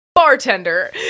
bartender